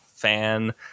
fan